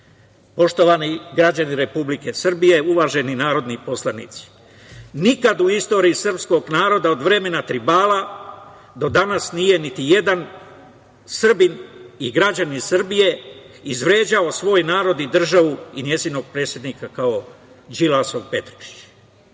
citat. Poštovani građani Republike Srbije, uvaženi narodni poslanici, nikada u istoriji srpskog naroda od vremena tribala do danas nije niti jedan Srbin i građanin Srbije izvređao svoj narod i državu i njenog predsednika kao Đilasov Petričić. Kada